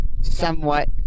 somewhat